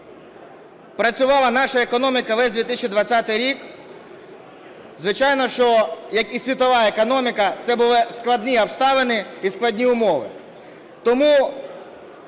працювала наша економіка весь 2020 рік, звичайно, що як і світова економіка, це були складні обставини і складні умови. Тому